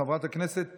חבר הכנסת